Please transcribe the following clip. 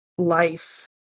life